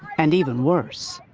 and even worse.